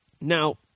Now